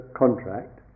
contract